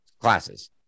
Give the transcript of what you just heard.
classes